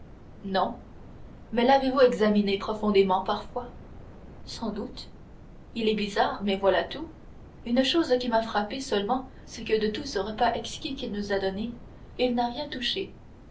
non mais l'avez-vous examiné profondément parfois sans doute il est bizarre mais voilà tout une chose qui m'a frappée seulement c'est que de tout ce repas exquis qu'il nous a donné il n'a rien touché